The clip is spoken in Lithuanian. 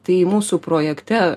tai mūsų projekte